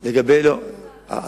זה עדיין לא שם.